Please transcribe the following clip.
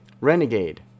Renegade